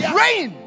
rain